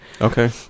okay